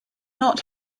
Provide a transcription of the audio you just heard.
not